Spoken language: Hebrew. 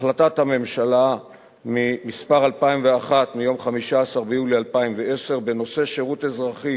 החלטת הממשלה מס' 2001 מיום 15 ביולי 2010 בנושא שירות אזרחי